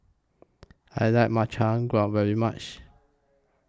I like Makchang Gui very much